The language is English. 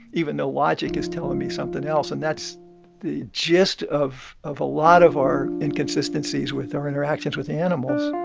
even though logic is telling me something else. and that's the gist of of a lot of our inconsistencies with our interactions with animals